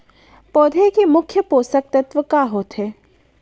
पौधे के मुख्य पोसक तत्व का होथे?